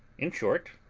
in short,